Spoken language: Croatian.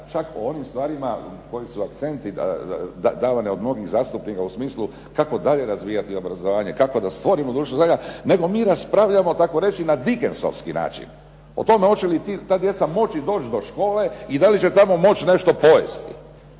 čak o onim stvarima koji su akcenti davani od mnogih zastupnika u smislu kako dalje razvijati obrazovanje, kako da stvorimo društvo znanja. Nego mi raspravljamo tako reći na Dikensovski način o tome hoće li ta djeca moći do škole i da li će tamo moći nešto pojesti.